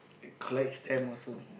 collect stamp also